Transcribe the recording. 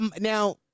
now